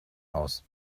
aus